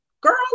girl